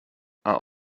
are